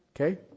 Okay